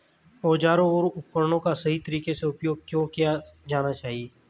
औजारों और उपकरणों का सही तरीके से उपयोग क्यों किया जाना चाहिए?